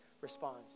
respond